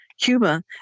Cuba